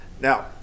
Now